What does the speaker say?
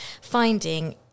finding